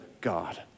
God